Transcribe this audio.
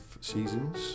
seasons